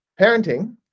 parenting